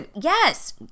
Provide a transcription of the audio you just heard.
yes